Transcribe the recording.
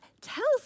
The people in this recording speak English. tells